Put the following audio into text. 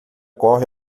corre